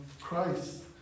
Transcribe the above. Christ